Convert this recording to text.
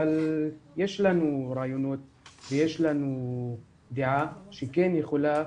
אבל יש לנו רעיונות ויש לנו דעה שכן יכולה